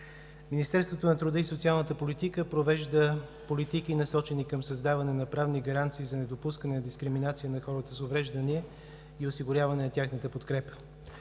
Министерството на труда и социалната политика провежда политики, насочени към създаване на правни гаранции за недопускане дискриминация на хората с увреждания и осигуряване на тяхната подкрепа.